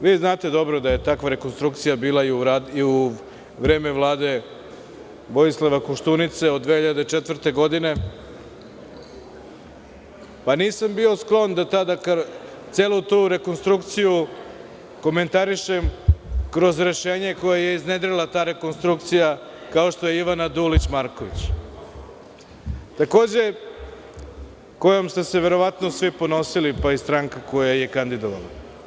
Vi znate dobro da je takva rekonstrukcija bila i u vreme Vlade Vojislava Koštunice od 2004, pa nisam bio sklon da tada celu tu rekonstrukciju komentarišem kroz rešenje koje je iznedrila ta rekonstrukcija kao što je Ivana Dulić Marković, kojom ste se verovatno svi ponosili pa i stranka koja je kandidovala.